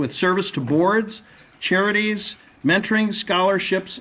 with service towards charities mentoring scholarships